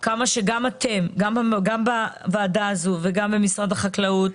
אני יודעת שגם בוועדה הזו וגם במשרד החקלאות,